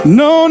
no